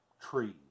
trees